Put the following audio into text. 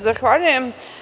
Zahvaljujem.